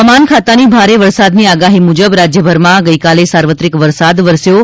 હવામાન ખાતાની ભારે વરસાદની આગાહી મુજબ રાજ્યભરમાં ગઇકાલે સાર્વત્રિક વરસાદવરસ્યો છે